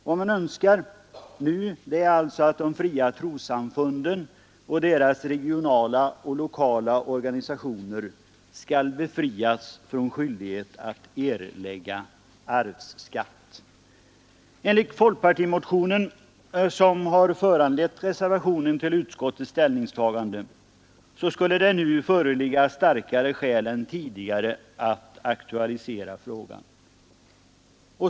Vad man önskar nu är alltså att de fria trossamfunden och deras regionala och lokala organisationer skall befrias från skyldigheten att erlägga arvsskatt. Enligt folkpartimotionen, som föranlett reservationen till utskottets ställningstagande, skulle det nu föreligga starkare skäl än tidigare att aktualisera frågan.